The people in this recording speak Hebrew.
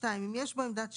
(2)אם יש בו עמדת שירות,